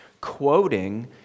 quoting